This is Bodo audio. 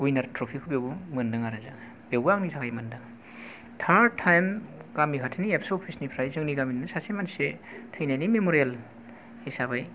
विनार ट्रफि खौ बेवबो मोनदों आरो जोङो बेयावबो आंनि थाखाय मोनदों थार्द टाइम गामि खाथिनि एबसु अफिस निफ्राय जोंनि गामिनिनो सासे मानसि थैनायनि मेम'रियेल हिसाबै